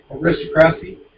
aristocracy